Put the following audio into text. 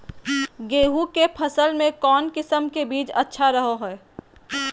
गेहूँ के फसल में कौन किसम के बीज अच्छा रहो हय?